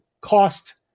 cost